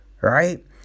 right